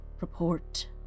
Report